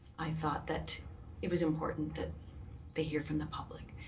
i thought that it was important that they hear from the public.